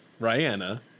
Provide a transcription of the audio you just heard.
Rihanna